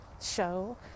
show